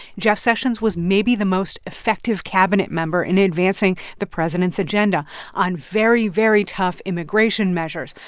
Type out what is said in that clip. jeff sessions was maybe the most effective cabinet member in advancing the president's agenda on very, very tough immigration measures,